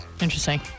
Interesting